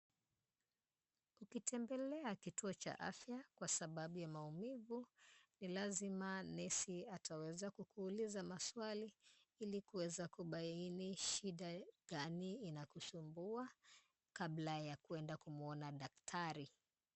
Ukitembelea kituo cha afya kwasababu ya maumivu, ni lazima nurse ataweza kukuuliza maswali, ili kuweza kubaini shida gani inakusumbua, kabla ya kwenda kumuona daktari.